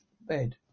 bed